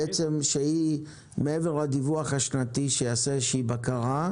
שהיא מעבר לדיווח השנתי שיעשה איזושהי בקרה.